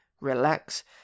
relax